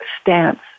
stance